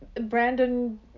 Brandon